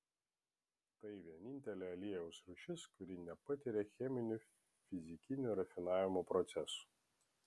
tai vienintelė aliejaus rūšis kuri nepatiria cheminių fizikinių rafinavimo procesų